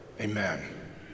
Amen